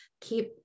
keep